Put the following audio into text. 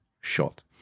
shot